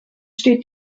steht